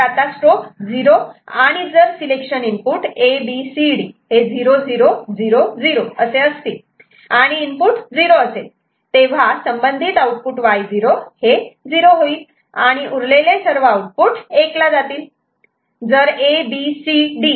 तर आता स्ट्रोब 0 आणि जर सिलेक्शन इनपुट ABCD 0000 असे असतील आणि इनपुट 0 असेल तेव्हा संबंधित आउटपुट Y0 हे 0 होईल आणि उरलेले सर्व आउटपुट 1 ला जातील